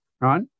right